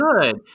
good